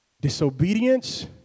Disobedience